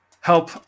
help